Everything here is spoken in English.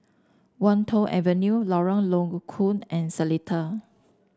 Wan Tho Avenue Lorong Low Koon and Seletar